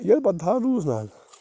ییٚلہِ پتہٕ تھل رُوٕس نہَ حظ